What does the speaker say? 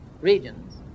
regions